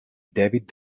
david